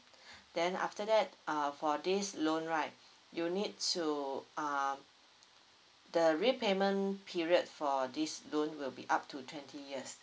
then after that uh for this loan right you need to uh the repayment period for this loan will be up to twenty years